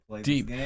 Deep